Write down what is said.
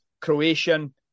Croatian